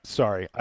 sorry